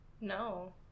No